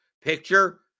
picture